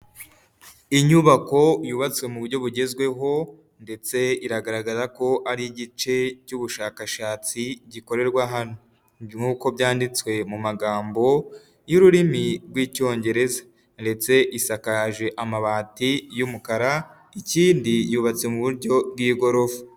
Inyubako yubatswe mu buryo bugezweho ndetse iragaragara ko ari igice cy'ubushakashatsi gikorerwa hano nk'uko byanditswe mu magambo y'ururimi rw'icyongereza ndetse isakaje amabati y'umukara ikindi yubatse mu buryo bw'igorofa.